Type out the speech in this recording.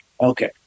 okay